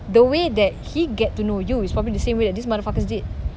the way that he get to know you is probably the same way that these motherfuckers did